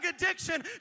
addiction